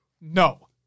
No